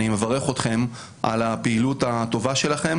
אני מברך אתכם על הפעילות הטובה שלכם